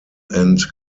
and